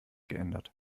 geändert